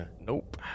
Nope